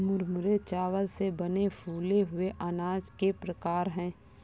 मुरमुरे चावल से बने फूले हुए अनाज के प्रकार है